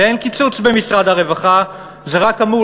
ו"אין קיצוץ במשרד הרווחה" זה רק אמור